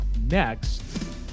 next